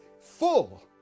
full